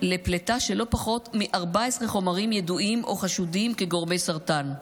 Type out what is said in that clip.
לפלטה של לא פחות מ-14 חומרים ידועים או חשודים כגורמי סרטן.